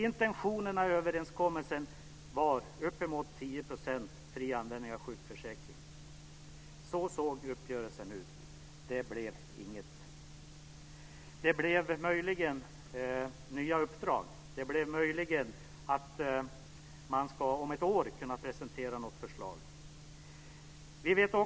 Intentionerna i överenskommelsen var att det skulle vara uppemot 10 % fri användning av sjukförsäkringen. Så såg uppgörelsen ut. Det blev inget. Det blev möjligen nya uppdrag. Möjligen ska man kunna presentera något förslag om ett år.